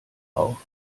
auf